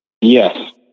Yes